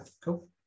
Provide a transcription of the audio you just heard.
cool